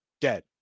Dead